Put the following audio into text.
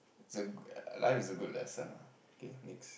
it's a life is a good lesson lah okay next